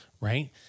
Right